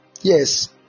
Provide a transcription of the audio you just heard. Yes